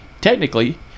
technically